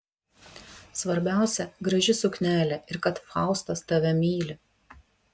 svarbiausia graži suknelė ir kad faustas tave myli